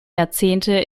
jahrzehnte